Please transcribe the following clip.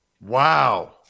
Wow